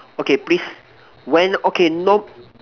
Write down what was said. okay please when okay no